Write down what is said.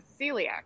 celiac